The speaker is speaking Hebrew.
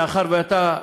מאחר שאתה,